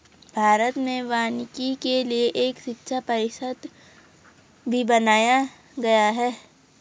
भारत में वानिकी के लिए एक शिक्षा परिषद भी बनाया गया है